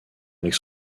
avec